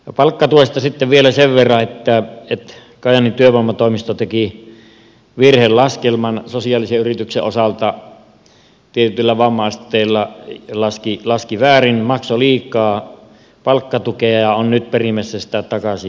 palkkatuesta sitten vielä sen verran että kajaanin työvoimatoimisto teki virhelaskelman sosiaalisen yrityksen osalta tietyillä vamma asteilla laski väärin maksoi liikaa palkkatukea ja on nyt perimässä sitä takaisin